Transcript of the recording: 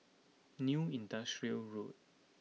New Industrial Road